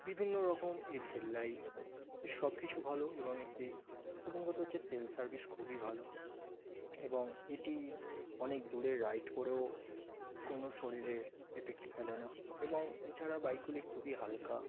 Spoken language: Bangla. বিভিন্ন রকম এর হেডলাইট এর সবকিছু ভালো এবং এর তেল প্রথম কথা হচ্ছে এর তেল সার্ভিস খুবই ভালো এবং এটি অনেক দূরে রাইড করেও কোনো শরীরের এফেক্ট ফেলে না এবং এছাড়া বাইকগুলি খুবই হালকা